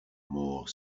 more